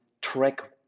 track